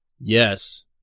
Yes